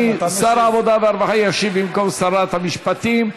שר העבודה והרווחה ישיב במקום שרת המשפטים.